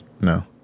No